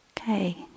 okay